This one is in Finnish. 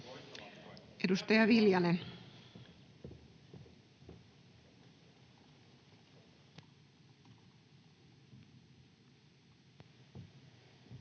Edustaja Viljanen.